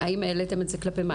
האם העליתם את זה כלפי מעלה?